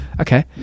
okay